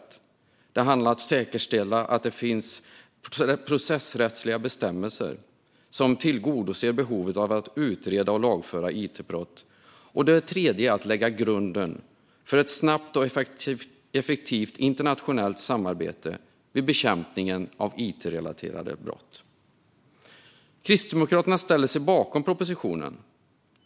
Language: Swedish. Det gäller för det andra att säkerställa att det finns processrättsliga bestämmelser som tillgodoser behovet av att utreda och lagföra it-brott. Det tredje är att lägga grunden för ett snabbt och effektivt internationellt samarbete vid bekämpningen av it-relaterade brott. Kristdemokraterna ställer sig bakom propositionen.